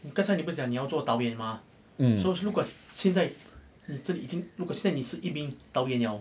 刚才你不是讲你要做导演吗 so 如果你现在你这里已经如果你是一名导演了